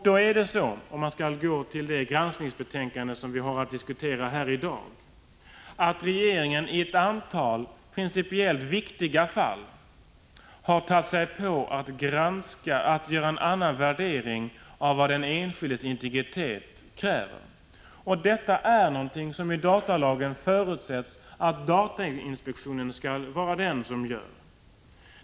Då är det så, om vi går till det granskningsbetänkande som vi har att diskutera här i dag, att regeringen i ett antal principiellt viktiga fall har tagit sig före att göra en annan värdering av vad den enskildes integritet kräver än datainspektionen. I datalagen förutsätts att datainspektionen skall vara den instans som avgör detta.